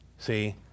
See